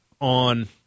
on